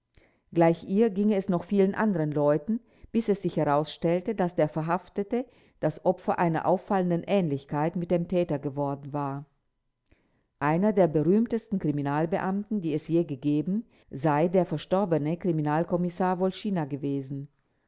gleich ihr ging es noch vielen anderen leuten bis es sich herausstellte daß der verhaftete das opfer einer auffallenden ähnlichkeit mit dem täter geworden war einer der berühmtesten kriminalbeamten die es je gegeben sei der verstorbene kriminalkommissar wolschina gewesen